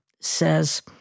says